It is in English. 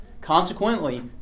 Consequently